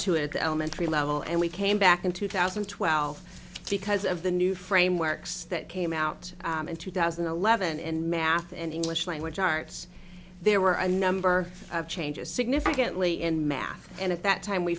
it at the elementary level and we came back in two thousand and twelve because of the new frameworks that came out in two thousand and eleven in math and english language arts there were a number of changes significantly in math and at that time we